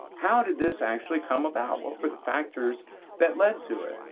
how did this actually come about? what were the factors that led to it?